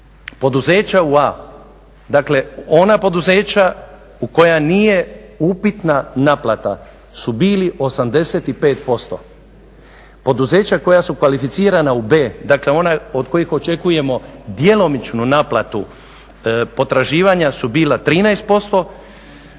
poduzeća u a) dakle ona poduzeća u koja nije upitna naplata su bili 85%. Poduzeća koja su kvalificirana u b) dakle ona od kojih očekujemo djelomičnu naplatu potraživanja su bila 13%.